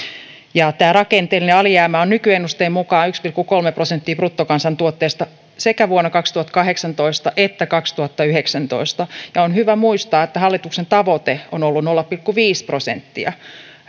tämä rakenteellinen alijäämä on nykyennusteen mukaan yksi pilkku kolme prosenttia bruttokansantuotteesta sekä vuonna kaksituhattakahdeksantoista että kaksituhattayhdeksäntoista ja on hyvä muistaa että hallituksen tavoite on ollut nolla pilkku viisi prosenttia